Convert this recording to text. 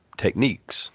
techniques